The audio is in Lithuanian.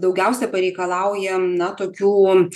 daugiausia pareikalaujam na tokių